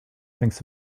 thinks